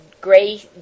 Gray